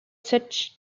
such